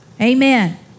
Amen